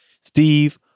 Steve